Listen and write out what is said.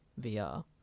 VR